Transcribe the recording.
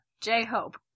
J-Hope